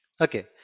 Okay